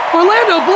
Orlando